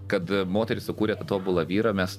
kad moteris sukūrė tą tobulą vyrą mes